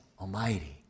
Almighty